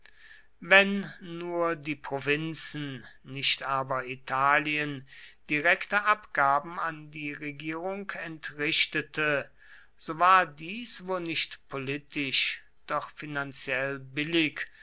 wenn nur die provinzen nicht aber italien direkte abgaben an die regierung entrichtete so war dies wo nicht politisch doch finanziell billig